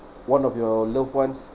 one of your loved ones